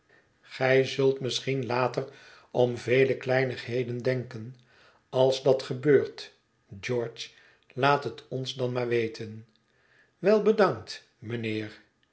gij zult misschien later om vele kleinigheden denken als dat gebeurt george laat het ons dan maar weten wel bedankt mijnheer